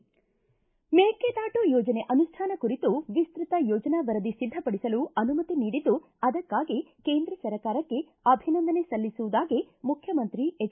ಮೇಕೆದಾಟು ಯೋಜನೆ ಅನುಷ್ಠಾನ ಕುರಿತು ವಿಸ್ತ್ರತ ಯೋಜನಾ ವರದಿ ಸಿದ್ದಪಡಿಸಲು ಅನುಮತಿ ನೀಡಿದ್ದು ಅದಕ್ಕಾಗಿ ಕೇಂದ್ರ ಸರ್ಕಾರಕ್ಷೆ ಅಭಿನಂದನೆ ಸಲ್ಲಿಸುವುದಾಗಿ ಮುಖ್ಯಮಂತ್ರಿ ಎಚ್